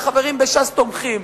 והחברים בש"ס תומכים.